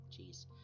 Jeez